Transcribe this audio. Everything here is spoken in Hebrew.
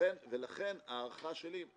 ולכן ההערכה שלי,